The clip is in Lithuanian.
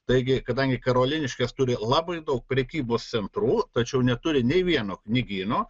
taigi kadangi karoliniškės turi labai daug prekybos centrų tačiau neturi nei vieno knygyno